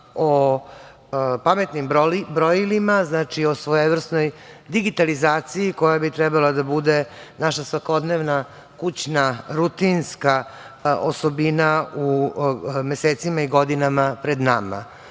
o „pametnim brojilima“, znači o svojevrsnoj digitalizaciji, koja bi trebala da bude naša svakodnevna kućna, rutinska osobina u mesecima i godinama pred nama. To